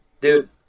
Dude